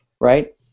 right